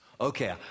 Okay